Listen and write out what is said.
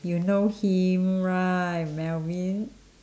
you know him right melvin